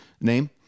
name